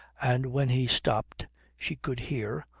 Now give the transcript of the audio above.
and when he stopped she could hear,